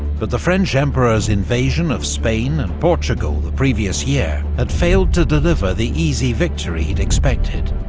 but the french emperor's invasion of spain and portugal the previous year had failed to deliver the easy victory he'd expected.